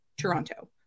Toronto